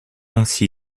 ainsi